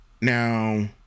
Now